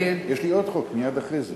יש לי עוד חוק, מייד אחרי זה.